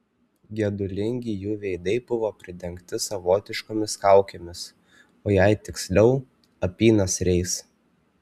gedulingi jų veidai buvo pridengti savotiškomis kaukėmis o jei tiksliau apynasriais